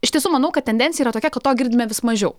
iš tiesų manau kad tendencija yra tokia kad to girdime vis mažiau